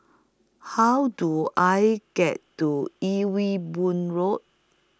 How Do I get to Ewe Boon Road